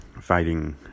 fighting